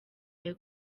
wawe